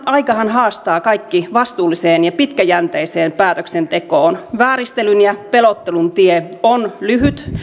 aikahan haastaa kaikki vastuulliseen ja pitkäjänteiseen päätöksentekoon vääristelyn ja pelottelun tie on lyhyt